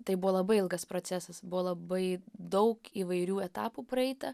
tai buvo labai ilgas procesas buvo labai daug įvairių etapų praeita